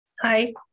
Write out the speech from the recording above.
Hi